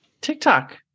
TikTok